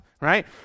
right